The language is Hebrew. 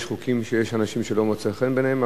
יש חוקים שיש אנשים שלא מוצא חן בעיניהם,